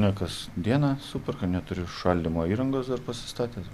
ne kas dieną superka neturiu šaldymo įrangos dar pasistatęs